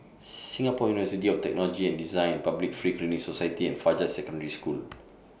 Singapore University of Technology and Design Public Free Clinic Society and Fajar Secondary School